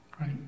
Right